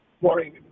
Morning